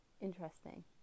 interesting